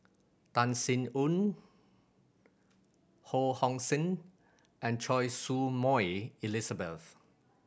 Tan Sin Aun Ho Hong Sing and Choy Su Moi Elizabeth